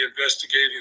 investigating